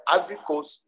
agriculture